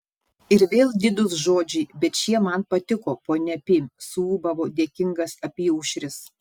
ir vėl didūs žodžiai bet šie man patiko ponia pi suūbavo dėkingas apyaušris